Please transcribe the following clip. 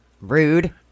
Rude